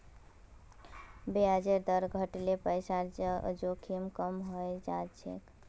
ब्याजेर दर घट ल पैसार जोखिम कम हइ जा छेक